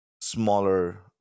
smaller